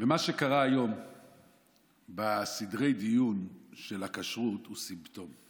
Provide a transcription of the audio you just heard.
מה שקרה היום בסדרי הדיון של הכשרות הוא סימפטום.